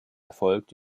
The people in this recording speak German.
erfolgt